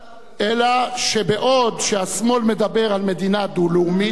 אלא שבעוד השמאל מדבר על מדינה דו-לאומית,